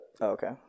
okay